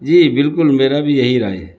جی بالکل میرا بھی یہی رائے ہے